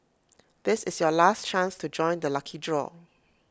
this is your last chance to join the lucky draw